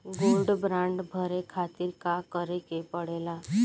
Gold bond भरे खातिर का करेके पड़ेला?